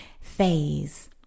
phase